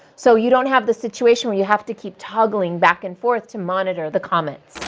so, you don't have the situation where you have to keep toggling back and forth to monitor the comments.